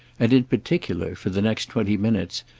and in particular, for the next twenty minutes,